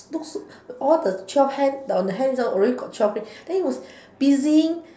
looks all the twelve hand on the hands ah already got twelve rings then he was busy